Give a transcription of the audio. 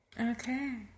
Okay